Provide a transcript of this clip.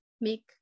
make